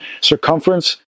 circumference